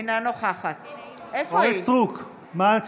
נגד עידית סילמן, בעד עלי